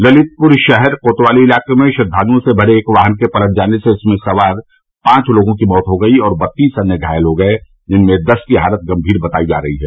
ललितपुर शहर कोतवाली इलाके में श्रद्दाल्ओं से भरे एक वाहन के पलट जाने से उसमें सवार पांच लोगों की मौत हो गई और बत्तीस अन्य घायल हो गये जिसमें दस की हालत गंमीर बताई जा रही है